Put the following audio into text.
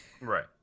Right